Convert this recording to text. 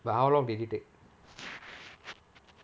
but how long did it take